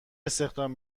استخدام